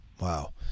Wow